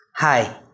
Hi